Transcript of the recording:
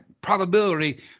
probability